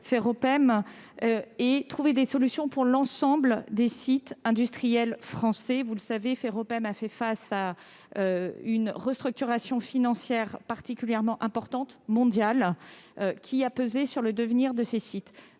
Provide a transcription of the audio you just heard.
et trouver des solutions pour l'ensemble de ses sites industriels français. Comme vous le savez, Ferropem a subi une restructuration financière particulièrement importante, à l'échelle mondiale, laquelle a pesé sur le devenir de ses sites.